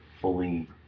fully